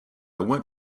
went